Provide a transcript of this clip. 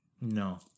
No